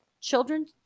children